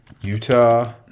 Utah